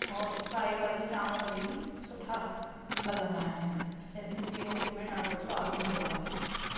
और साई भाॼी चांवर बि सुठा लॻंदा आहिनि सिंधीयुनि जी रोटी में ॾाढो स्वादु हूंदो आहे